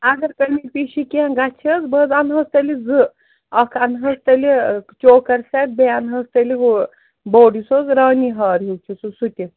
اگر کٔمی پیٖشی کیٚنٛہہ گژھِ ۂس بہٕ حظ اَنہٕ ۂس تیٚلہِ زٕ اَکھ اَنہٕ ۂس تیٚلہِ چوکَر سٮ۪ٹ بیٚیہِ اَنہٕ ۂس تیٚلہِ ہُہ بوٚڑ یُس حظ رانی ہار ہیوٗ چھِ سُہ سُہ تہِ